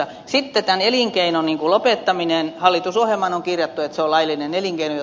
sitten tämän elinkeinon lopettaminen hallitusohjelman kirja peitso laillinen elinkeino